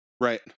Right